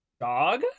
Dog